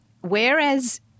whereas